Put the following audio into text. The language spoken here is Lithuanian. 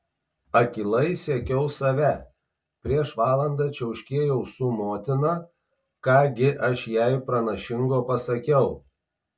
akylai sekiau save prieš valandą čiauškėjau su motina ką gi aš jai pranašingo pasakiau